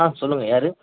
ஆ சொல்லுங்கள் யார்